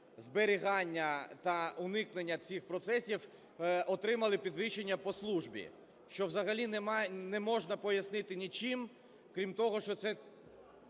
зберігання та уникнення цих процесів, отримали підвищення по службі, що взагалі не можна пояснити нічим, крім того, що це